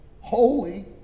holy